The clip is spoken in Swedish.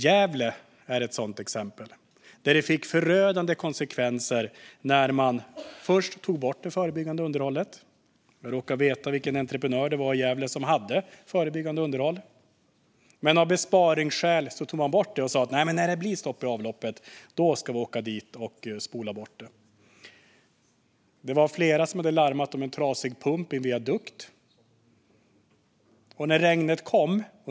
Gävle är ett sådant exempel, där det fick förödande konsekvenser när man först tog bort det förebyggande underhållet - och jag råkar veta vilken entreprenör det var som hade hand om det förebyggande underhållet i Gävle. Av besparingsskäl tog man bort det och sa: När det blir stopp i avloppet ska vi åka dit och spola bort det. Det var flera som hade larmat om en trasig pump i en viadukt. Så kom regnet.